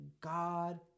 God